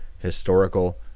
historical